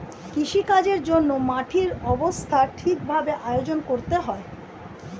কৃষিকাজের জন্যে মাটির অবস্থা ঠিক ভাবে আয়োজন করতে হয়